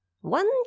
One